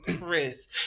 Chris